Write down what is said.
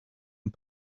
and